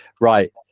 Right